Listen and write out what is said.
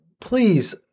please